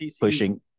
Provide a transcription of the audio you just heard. pushing